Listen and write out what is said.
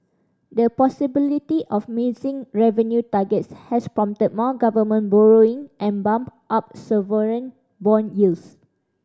the possibility of missing revenue targets has prompted more government borrowing and bumped up sovereign bond yields